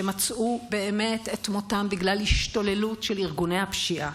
שמצאו את מותם בגלל השתוללות של ארגוני הפשיעה.